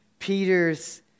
Peter's